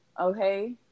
Okay